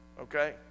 okay